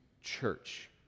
church